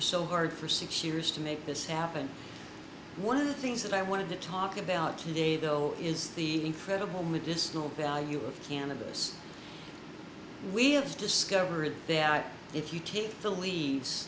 r so hard for six years to make this happen one of the things that i wanted to talk about today though is the incredible medicinal value of cannabis we have discovered that if you take